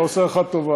אני לא עושה לך טובה,